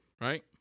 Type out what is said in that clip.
Right